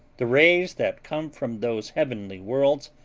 the rays that come from those heavenly worlds,